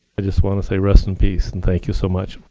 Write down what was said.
i just want to say, rest in peace, and thank you so much.